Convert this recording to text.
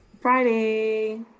Friday